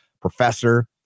professor